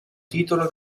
titolo